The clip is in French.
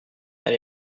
elle